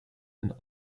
and